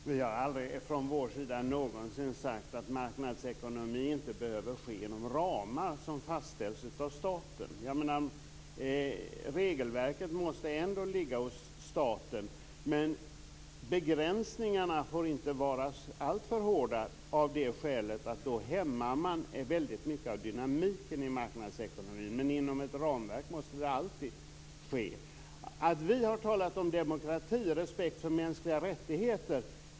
Fru talman! Vi har aldrig från vår sida sagt att marknadsekonomin inte behöver ske inom de ramar som fastställs av staten. Regelverket måste ligga hos staten. Men begränsningarna får inte vara alltför hårda, av det skälet att man då hämmar mycket av dynamiken i marknadsekonomin. Men det måste alltid vara inom ett ramverk. Jag vill med kraft understryka att vi har talat om demokrati och respekt för mänskliga rättigheter.